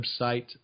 website